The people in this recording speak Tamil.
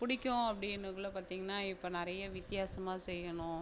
பிடிக்கும் அப்டின்னுக்குள்ள பார்த்திங்கன்னா இப்போ நிறைய வித்தியாசமாக செய்யணும்